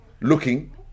Looking